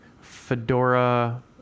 Fedora